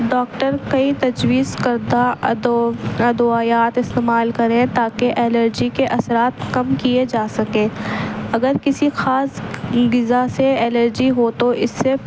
doctor کئی تجویز کردہ ادویات استعمال کریں تاکہ الرجی کے اثرات کم کیے جا سکیں اگر کسی خاص غذا سے الرجی ہو تو اس سے